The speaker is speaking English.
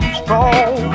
strong